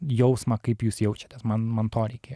jausmą kaip jūs jaučiatės man man to reikėjo